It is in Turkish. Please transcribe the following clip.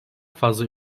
fazla